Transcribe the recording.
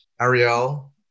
Ariel